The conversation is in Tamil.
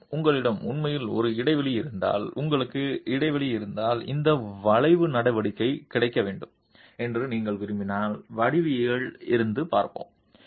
இருப்பினும் உங்களிடம் உண்மையில் ஒரு இடைவெளி இருந்தால் உங்களுக்கு இடைவெளி இருந்தால் இந்த வளைவு நடவடிக்கை கிடைக்க வேண்டும் என்று நீங்கள் விரும்பினால் வடிவவியலில் இருந்து பார்த்தோம்